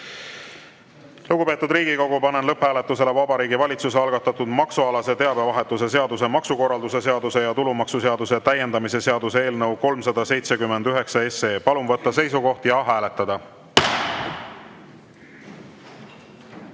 juurde? Lugupeetud Riigikogu, panen lõpphääletusele Vabariigi Valitsuse algatatud maksualase teabevahetuse seaduse, maksukorralduse seaduse ja tulumaksuseaduse täiendamise seaduse eelnõu 379. Palun võtta seisukoht ja hääletada!